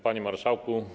Panie Marszałku!